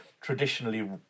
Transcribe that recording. traditionally